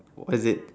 what is it